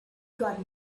got